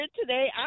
today